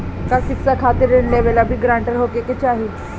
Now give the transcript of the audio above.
का शिक्षा खातिर ऋण लेवेला भी ग्रानटर होखे के चाही?